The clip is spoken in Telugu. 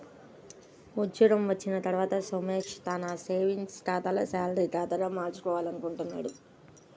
ఉద్యోగం వచ్చిన తర్వాత సోమేష్ తన సేవింగ్స్ ఖాతాను శాలరీ ఖాతాగా మార్చుకోవాలనుకుంటున్నాడు